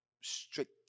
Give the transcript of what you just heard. strict